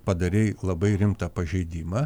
padarei labai rimtą pažeidimą